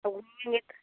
तुम भी एक